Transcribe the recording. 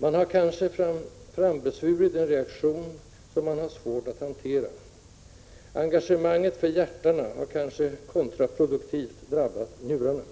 Man har kanske frambesvurit en reaktion, som man har svårt att hantera. Engagemanget för hjärtana har kanske kontraproduktivt drabbat njurarna.